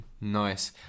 nice